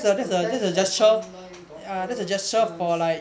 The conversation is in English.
to thank the front line doctor nurse